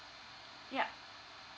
yeah